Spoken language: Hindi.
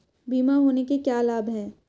बीमा होने के क्या क्या लाभ हैं?